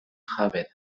jabe